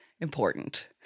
important